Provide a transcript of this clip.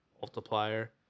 multiplier